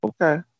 Okay